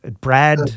Brad